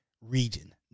region